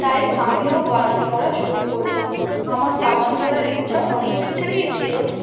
তাই আমিও বাগান করা শুরু করলাম আমার বাগান করার ইচ্ছা অনেক দিন থেকেই ছিলো